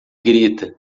grita